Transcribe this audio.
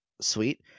Sweet